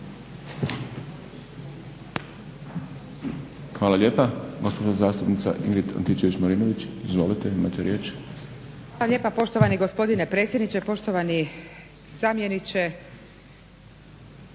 Hvala lijepa poštovani gospodine predsjedniče, poštovani zamjeniče